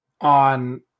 on